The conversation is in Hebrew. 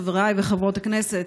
חברי וחברות הכנסת,